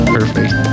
Perfect